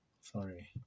Sorry